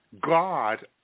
god